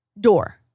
Door